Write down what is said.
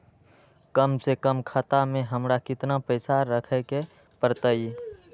कम से कम खाता में हमरा कितना पैसा रखे के परतई?